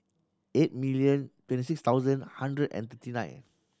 eight million twenty six thousand hundred and thirty nine